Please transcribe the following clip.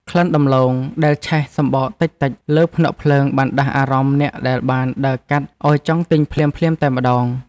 ក្លិនដំឡូងដែលឆេះសំបកតិចៗលើភ្នក់ភ្លើងបានដាស់អារម្មណ៍អ្នកដែលបានដើរកាត់ឱ្យចង់ទិញភ្លាមៗតែម្តង។